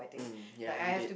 mm ya you did